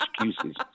excuses